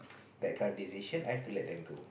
that kind of decision I have to let them go